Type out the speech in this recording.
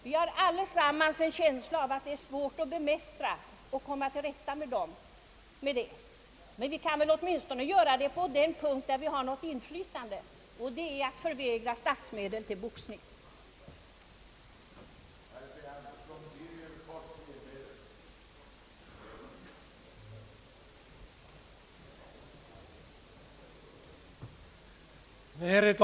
Vi har allesammans en känsla av att det är svårt att bemästra och komma till rätta med denna, men vi kan väl åtminstone göra det på en punkt där vi har något inflytande, nämligen genom att förvägra boxningen understöd av statsmedel.